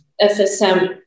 FSM